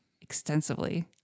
extensively